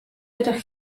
ydych